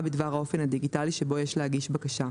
בדבר האופן הדיגיטלי שבו יש להגיש בקשה,